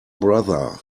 brother